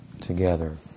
together